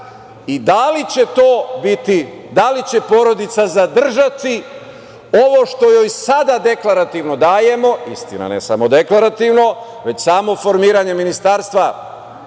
i da li će to biti, da li će porodica zadržati ovo što joj sada deklarativno dajemo, istina ne samo deklarativno. Već samo formiranje Ministarstva